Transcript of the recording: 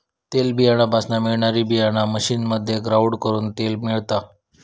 तेलबीयापासना मिळणारी बीयाणा मशीनमध्ये ग्राउंड करून तेल मिळता